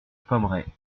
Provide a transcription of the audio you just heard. pommeraye